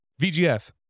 VGF